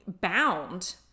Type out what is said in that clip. bound